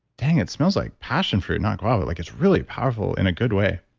dang, it smells like passion fruit, not guava. like it's really powerful in a good way.